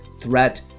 threat